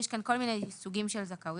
יש כאן כל מיני סוגים של זכאויות,